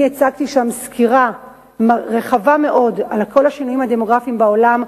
אני הצגתי שם סקירה רחבה מאוד על כל השינויים הדמוגרפיים בעולם,